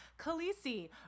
Khaleesi